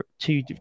two